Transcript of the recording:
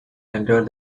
entered